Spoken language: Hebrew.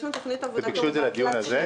יש לנו תוכנית עבודה תלת-שנתית.